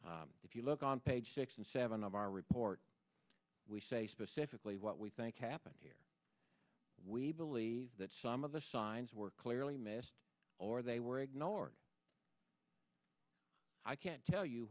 if you look on page six and seven of our report we say specifically what we think happened here we believe that some of the signs were clearly missed or they were ignored i can't tell you